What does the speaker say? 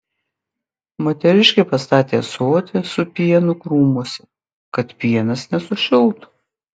moteriškė pastatė ąsotį su pienu krūmuose kad pienas nesušiltų